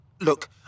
Look